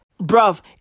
Bruv